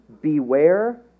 beware